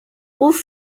ruf